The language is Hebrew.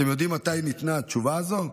אתם יודעים מתי ניתנה התשובה הזו?